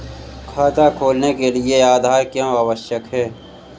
खाता खोलने के लिए आधार क्यो आवश्यक है?